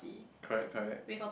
correct correct